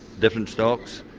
different stocks,